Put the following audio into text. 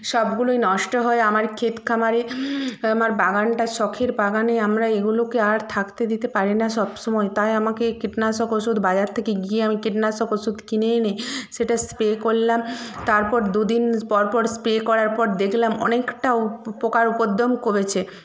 সবগুলোই নষ্ট হয় আমার ক্ষেত খামারে আমার বাগানটা শখের বাগানে আমরা এগুলোকে আর থাকতে দিতে পারি না সবসময় তাই আমাকে এই কীটনাশক ওষুধ বাজার থেকে গিয়ে আমি কীটনাশক ওষুধ কিনে এনে সেটা স্প্রে করলাম তারপর দুদিন পরপর স্প্রে করার পর দেখলাম অনেকটাও পোকার উপদ্রব কমেছে